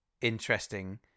interesting